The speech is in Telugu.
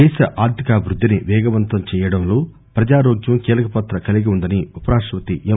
దేశ ఆర్థికాభివృద్దిని పేగవంతం చేయడంలో ప్రజారోగ్యం కీలక పాత్ర కలిగి ఉందని ఉప రాష్టపతి ఎం